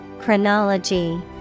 Chronology